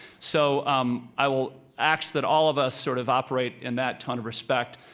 so um i will ask that all of us sort of operate in that tone of respect,